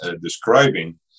describing